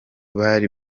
byari